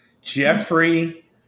Jeffrey